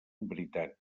britànics